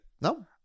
no